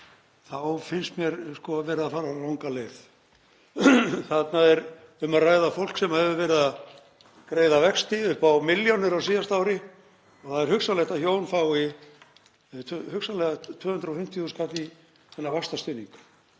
þá finnst mér verið að fara ranga leið. Þarna er um að ræða fólk sem hefur verið að greiða vexti upp á milljónir á síðasta ári og það er hugsanlegt að hjón fái 250.000 kall í þennan vaxtastuðning